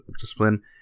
discipline